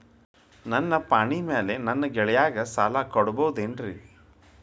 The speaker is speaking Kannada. ನನ್ನ ಪಾಣಿಮ್ಯಾಲೆ ನನ್ನ ಗೆಳೆಯಗ ಸಾಲ ಕೊಡಬಹುದೇನ್ರೇ?